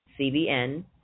CBN